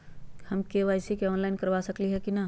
हम KYC online करवा सकली ह कि न?